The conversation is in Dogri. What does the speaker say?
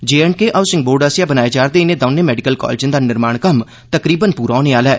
जेएडके हाउसिंग बोर्ड आसेआ बनाए जा'रदे इने दौने मैडिकल कालेजे दा निर्माण कम्म तकरीबन पूरा होने आह्ला ऐ